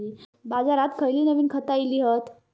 बाजारात खयली नवीन खता इली हत?